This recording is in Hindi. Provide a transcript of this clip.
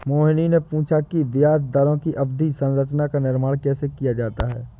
मोहिनी ने पूछा कि ब्याज दरों की अवधि संरचना का निर्माण कैसे किया जाता है?